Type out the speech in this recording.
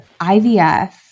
IVF